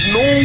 no